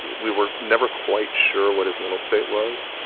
we were never quite sure what his mental state was.